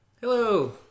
hello